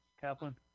Kaplan